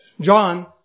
John